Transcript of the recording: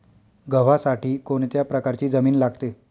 गव्हासाठी कोणत्या प्रकारची जमीन लागते?